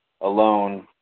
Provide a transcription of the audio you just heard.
alone